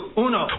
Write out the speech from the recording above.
uno